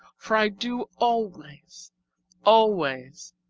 for i do always always.